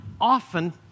often